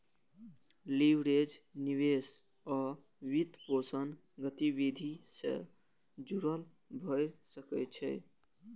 leverage निवेश आ वित्तपोषण गतिविधि सं जुड़ल भए सकै छै